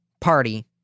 Party